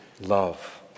love